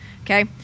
Okay